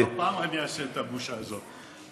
כל פעם אני עושה את הבושה הזאת.